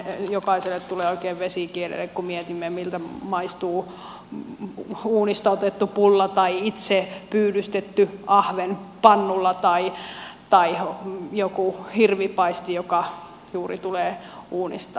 jokaiselle tulee oikein vesi kielelle kun mietimme miltä maistuu uunista otettu pulla tai itse pyydystetty ahven pannulla tai joku hirvipaisti joka juuri tulee uunista